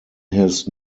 his